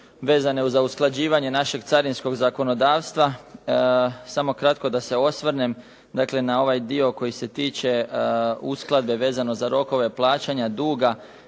vezane za usklađivanje našeg carinskog zakonodavstva. Samo kratko da se osvrnem dakle na ovaj dio koji se tiče uskladbe vezano za rokove plaćanja duga.